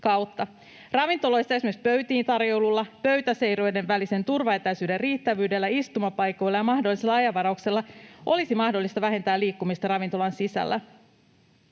Ravintoloissa esimerkiksi pöytiintarjoilulla, pöytäseurueiden välisen turvaetäisyyden riittävyydellä, istumapaikoilla ja mahdollisilla ajanvarauksilla olisi mahdollista vähentää liikkumista ravintolan sisällä.